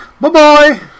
Bye-bye